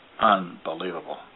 unbelievable